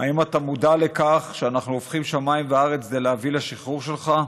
"האם אתה מודע לכך שאנחנו הופכים שמיים וארץ כדי להביא לשחרור שלך?